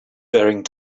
bearing